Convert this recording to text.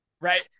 right